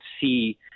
see